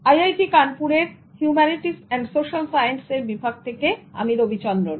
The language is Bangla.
আইআইটি কানপুরেরহিউম্যানিটিস অ্যান্ড সোশ্যাল সাইন্স এর বিভাগ থেকে আমি রবিচন্দ্রন